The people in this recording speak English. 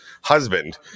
husband